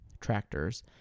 tractors